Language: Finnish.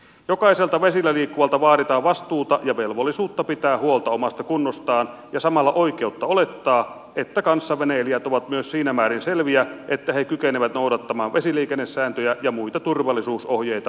jokaiselta vesillä liikkuvalta vaaditaan vastuuta ja velvollisuutta pitää huolta omasta kunnostaan ja samalla oikeutta olettaa että kanssaveneilijät ovat myös siinä määrin selviä että he kykenevät noudattamaan vesiliikennesääntöjä ja muita turvallisuusohjeita ja määräyksiä